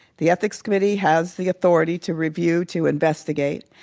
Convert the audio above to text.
the ethics committee has the authority to review, to investigate.